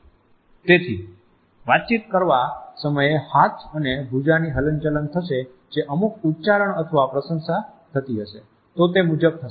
તેથી વાતચીત કરવા સમયે હાથ અને ભુજાની હલનચલન થશે જે અમુક ઉચ્ચારણ અથવા પ્રશંસા થતી હશે તો તે મુજબ થશે